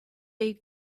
aid